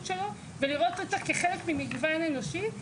שלו ולראות אותה כחלק ממגוון אנושי,